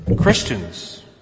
Christians